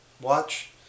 watch